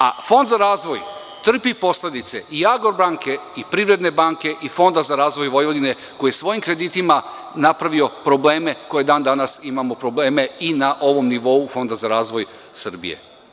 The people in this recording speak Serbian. A Fond za razvoj trpi posledice i „Agrobanke“ i „Privredne banke“ i Fonda za razvoj Vojvodine, koji je svojim kreditima napravio probleme koje i dan-danas imamo, i na ovom nivou Fonda za razvoj Srbije.